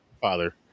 father